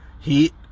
heat